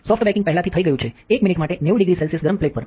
soft baking પહેલાથી થઈ ગયું છે 1 મિનિટ માટે 900 C ગરમ પ્લેટ પર